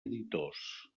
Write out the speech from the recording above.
editors